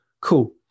Cool